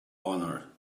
honor